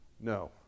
No